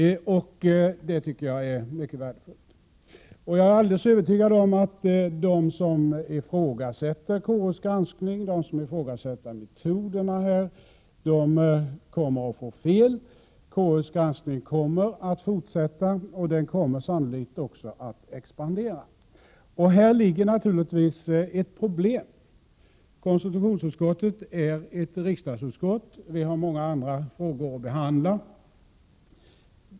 Det tycker jag är mycket värdefullt. Jag är alldeles övertygad om att de som ifrågasätter konstitutionsutskottets granskning och metoderna för den kommer att få fel. Konstitutionsutskottets granskning kommer att fortsätta, och den kommer sannolikt också att expandera. Häri ligger naturligtvis ett problem. Konstitutionsutskottet är ett riksdagsutskott. Vi har många andra frågor att behandla.